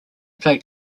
played